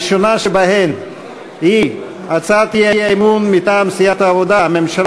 הראשונה שבהן היא על הצעת האי-אמון מטעם סיעת העבודה: הממשלה